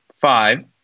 five